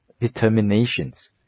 determinations